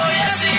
yes